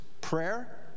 prayer